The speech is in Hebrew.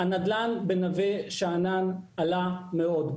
הנדל"ן בנווה שאנן עלה מאוד.